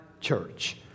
church